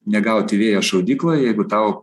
negauti vėjo šaudykloj jeigu tau